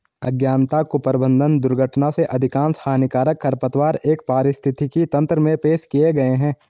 अज्ञानता, कुप्रबंधन, दुर्घटना से अधिकांश हानिकारक खरपतवार एक पारिस्थितिकी तंत्र में पेश किए गए हैं